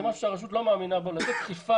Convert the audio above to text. זה לא משהו שהרשות מאמינה בו לתת דחיפה